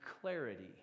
clarity